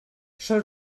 sol